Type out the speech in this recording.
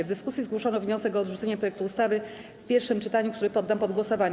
W dyskusji zgłoszono wniosek o odrzucenie projektu ustawy w pierwszym czytaniu, który poddam pod głosowanie.